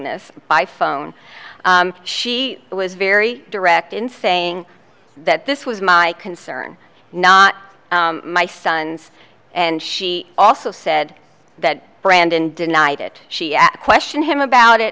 this by phone she was very direct in saying that this was my concern not my son's and she also said that brandon denied it she questioned him about it